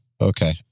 Okay